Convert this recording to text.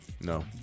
No